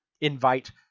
invite